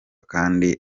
kandi